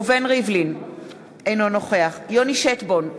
אינו נוכח יוני שטבון,